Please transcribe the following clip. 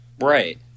Right